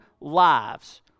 lives